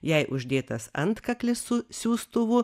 jai uždėtas antkaklis su siųstuvu